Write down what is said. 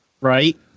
Right